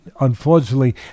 unfortunately